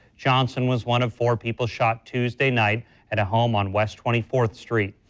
johnson was one of four people shot tuesday night at a home on west twenty fourth street.